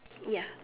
ya